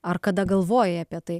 ar kada galvojai apie tai